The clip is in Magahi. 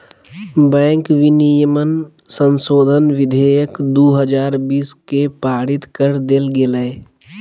बैंक विनियमन संशोधन विधेयक दू हजार बीस के पारित कर देल गेलय